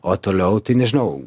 o toliau tai nežinau